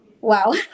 Wow